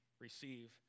receive